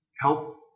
help